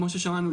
כמו ששמענו,